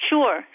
Sure